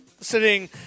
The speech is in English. sitting